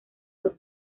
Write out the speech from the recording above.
dos